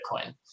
bitcoin